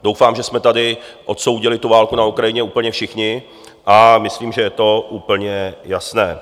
Doufám, že jsme tady odsoudili válku na Ukrajině úplně všichni, a myslím, že je to úplně jasné.